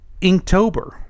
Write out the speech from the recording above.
Inktober